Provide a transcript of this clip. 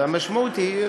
והמשמעות היא,